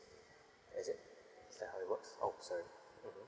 is it is that how it works oh sorry mmhmm